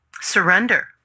surrender